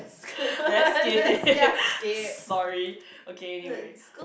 let's skip sorry okay anyway